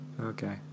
Okay